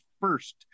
first